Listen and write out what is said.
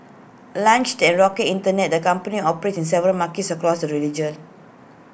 launched at rocket Internet the company operates in several markets across the religion